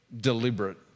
deliberate